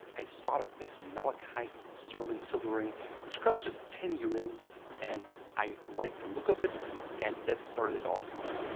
i spotted this malachite sterling silver ring which cost just ten euros and i liked the look of it and that started it all for me.